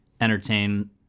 entertain